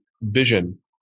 vision